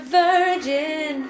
virgin